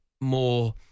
more